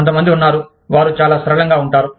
కొంతమంది ఉన్నారు వారు చాలా సరళంగా ఉంటారు